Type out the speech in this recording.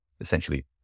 essentially